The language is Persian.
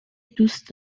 دوست